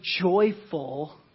joyful